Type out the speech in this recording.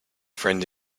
friend